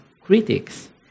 critics